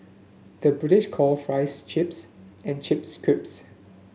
the British calls fries chips and chips